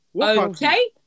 Okay